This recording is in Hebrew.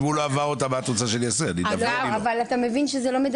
אם הוא לא עבר אותם מה את רוצה שאני אעשה?